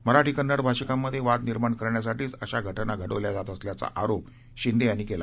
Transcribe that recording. मराठी कन्नड भाषिकांमध्ये वाद निर्माण करण्यासाठीच अशा घटना घडवल्या जात असल्यांचा आरोप शिंदे यांनी केला